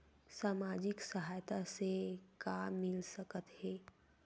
सामाजिक सहायता से का मिल सकत हे?